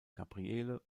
gabriele